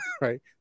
right